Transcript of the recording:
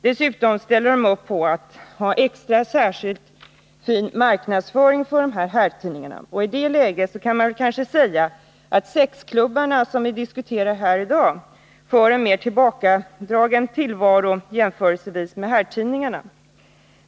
Dessutom ställer de upp på att ha särskilt fin marknadsföring för de här herrtidningarna — och man kan kanske säga att sexklubbarna, som vi diskuterar här i dag, för en mer tillbakadragen tillvaro i jämförelse med herrtidningarna.